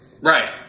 right